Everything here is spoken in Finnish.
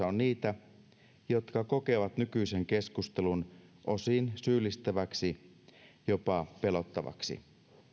on niitä jotka kokevat nykyisen keskustelun osin syyllistäväksi jopa pelottavaksi